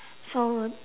so